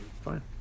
fine